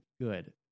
good